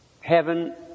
heaven